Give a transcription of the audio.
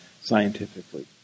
scientifically